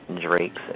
Drake's